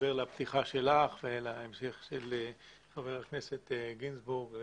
מתחבר לפתיחה שלך ולהמשך של חבר הכנסת גינזבורג.